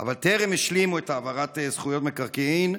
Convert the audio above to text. אבל טרם השלימו את העברת זכויות מקרקעין,